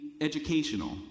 educational